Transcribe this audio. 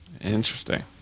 Interesting